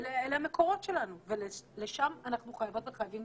המקורות שלנו ולשם אנחנו חייבים וחייבים